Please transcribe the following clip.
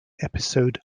episode